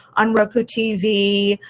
on roku tv.